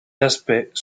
aspects